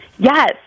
Yes